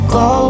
go